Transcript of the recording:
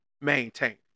maintain